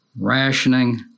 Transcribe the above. rationing